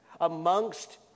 amongst